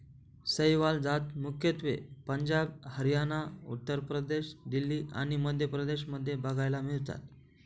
सहीवाल जात मुख्यत्वे पंजाब, हरियाणा, उत्तर प्रदेश, दिल्ली आणि मध्य प्रदेश मध्ये बघायला मिळतात